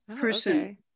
person